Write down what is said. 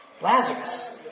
Lazarus